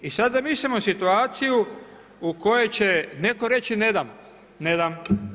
I sad zamislimo situaciju u kojoj će netko reći ne dam.